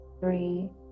three